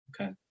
Okay